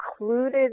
included